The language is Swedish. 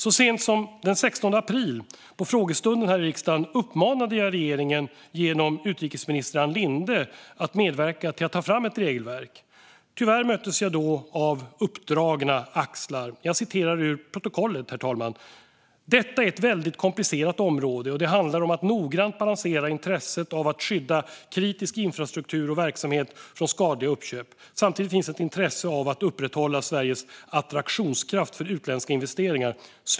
Så sent som den 16 april på frågestunden här i riksdagen uppmanade jag via utrikesminister Ann Linde regeringen att medverka till att ta fram ett regelverk. Tyvärr möttes jag då av uppdragna axlar. Jag citerar ur protokollet, herr talman: "Detta är ett väldigt komplicerat område, och det handlar om att noggrant balansera intresset av att skydda kritisk infrastruktur och verksamhet från skadliga uppköp. Samtidigt finns ett intresse av att upprätthålla Sveriges attraktionskraft för utländska investeringar."